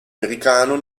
americano